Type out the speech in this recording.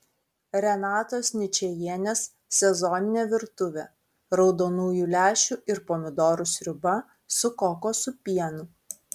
renatos ničajienės sezoninė virtuvė raudonųjų lęšių ir pomidorų sriuba su kokosų pienu